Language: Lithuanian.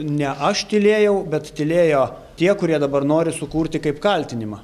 ne aš tylėjau bet tylėjo tie kurie dabar nori sukurti kaip kaltinimą